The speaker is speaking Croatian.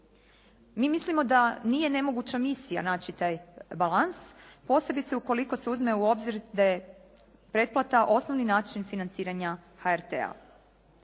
Mi mislimo da nije nemoguća misija naći taj balans posebice ukoliko se uzme u obzir da je pretplata osnovni način financiranja HRT-a.